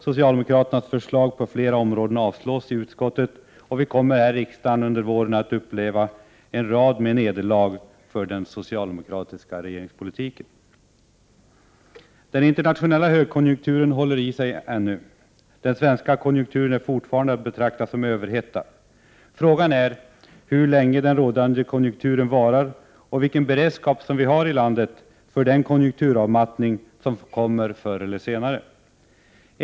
Socialdemokraternas förslag på flera områden avstyrks i utskottet, och vi kommer här i riksdagen under våren att uppleva en rad nederlag för den socialdemokratiska regeringspolitiken. Den internationella högkonjunkturen håller ännu i sig. Den svenska konjunkturen är fortfarande att betrakta som överhettad. Frågan är hur länge rådande konjunktur varar och vilken beredskap vi har för den konjunkturavmattning som kommer förr eller senare.